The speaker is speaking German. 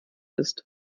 ist